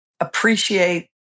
appreciate